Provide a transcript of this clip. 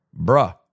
bruh